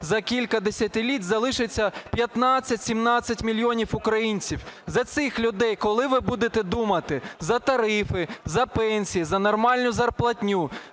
за кілька десятиліть залишаться 15- 17 мільйонів українців? За цих людей коли ви будете думати? За тарифи, за пенсії, за нормальну зарплатню,